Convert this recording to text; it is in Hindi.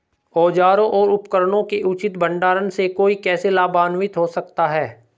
औजारों और उपकरणों के उचित भंडारण से कोई कैसे लाभान्वित हो सकता है?